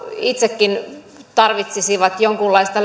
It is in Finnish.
itsekin tarvitsisivat jonkunlaista